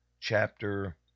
chapter